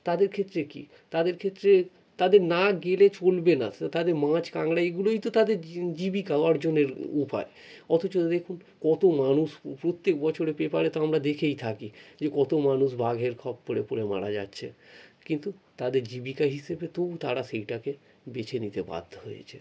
তাদের ক্ষেত্রে কী তাদের ক্ষেত্রে তাদের না গেলে চলবে না সে তাদের মাছ কাঁকড়া এগুলোই তো তাদের জীবিকা অর্জনের উপায় অথচ দেখুন কতো মানুষ প্রত্যেক বছরে পেপারে তো আমরা দেখেই থাকি যে কতো মানুষ বাঘের খপ্পরে পড়ে মারা যাচ্ছে কিন্তু তাদের জীবিকা হিসেবে তো তারা সেইটাকে বেছে নিতে বাধ্য হয়েছে